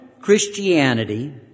Christianity